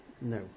No